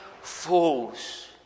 fools